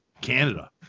Canada